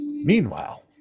Meanwhile